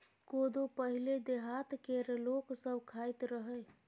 कोदो पहिले देहात केर लोक सब खाइत रहय